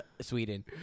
Sweden